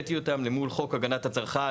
השוויתי אותם למול חוק הגנת הצרכן,